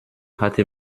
hatte